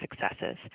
successes